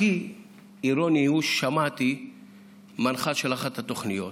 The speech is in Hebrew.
הכי אירוני ששמעתי מנחה של אחת התוכניות